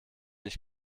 ich